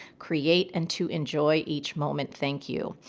create, and to enjoy each moment. thank you.